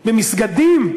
במסגדים,